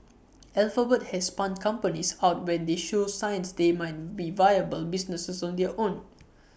alphabet has spun companies out when they show signs they might be viable businesses on their own